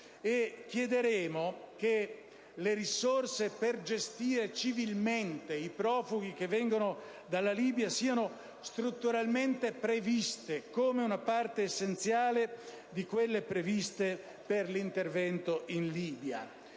chiederemo che le risorse per gestire civilmente i profughi che vengono dalla Libia siano strutturalmente previste come una parte essenziale di quelle previste per l'intervento in Libia.